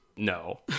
No